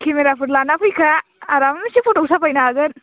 केमेराफोर लाना फैखा आरामसे फथ' साफायनो हागोन